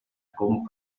con